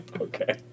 Okay